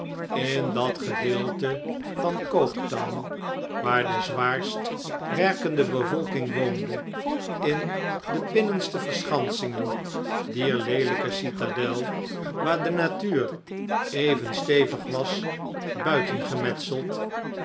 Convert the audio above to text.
in dat gedeelte van coketown waar de zwaarst werkende bevolking woonde in de binnenste verschansingen dier leelijke citadel waar de natuur even stevig was